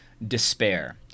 Despair